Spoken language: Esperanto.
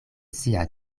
sia